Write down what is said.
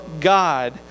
God